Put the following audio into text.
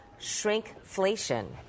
shrinkflation